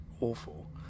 awful